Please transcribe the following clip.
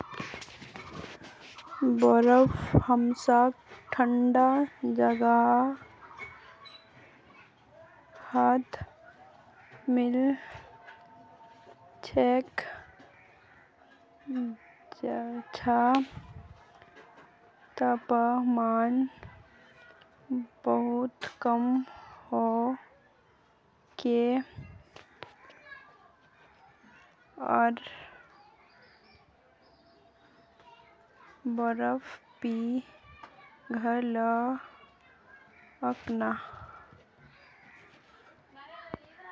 बर्फ हमसाक ठंडा जगहत मिल छेक जैछां तापमान बहुत कम होके आर बर्फ पिघलोक ना